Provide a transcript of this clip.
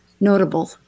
notable